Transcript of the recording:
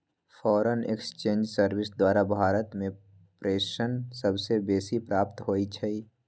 foreign exchange service द्वारा भारत में प्रेषण सबसे बेसी प्राप्त होई छै